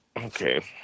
okay